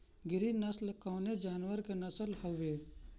गिरी नश्ल कवने जानवर के नस्ल हयुवे?